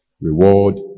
reward